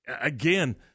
again